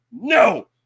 no